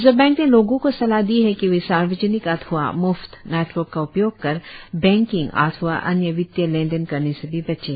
reserve Bank ने लोगों को सलाह दी है कि वे सार्वजनिक अथवा म्फ्त नेटवर्क का उपयोग कर बैंकिंग अथवा अन्य वित्तीय लेन देन करने से भी बचें